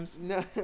No